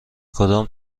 کدام